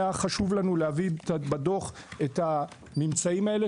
היה חשוב לנו להביא בדוח את הממצאים האלה,